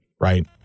right